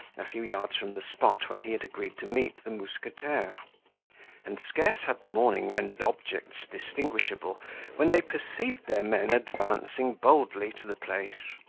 a few yards from the spot where he had agreed to meet the mousquetaire and scarce had the morning rendered objects distinguishable when they perceived their men advancing boldly to the place.